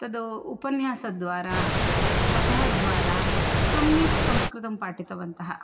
तद् उपन्यासद्वारा कथाद्वारा सम्यक् संस्कृतं पाठितवन्तः